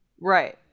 Right